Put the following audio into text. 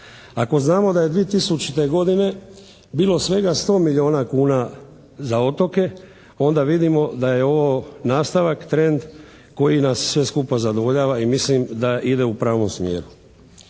Ako znamo da je 2000. godine bilo svega 100 milijuna kuna za otoke ona vidimo da je ovo nastavak, trend koji nas sve skupa zadovoljava i mislim da ide u pravom smjeru.